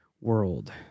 world